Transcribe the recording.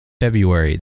February